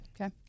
Okay